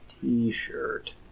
t-shirt